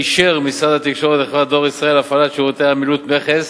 אישר משרד התקשורת לחברת "דואר ישראל" הפעלת שירותי עמילות מכס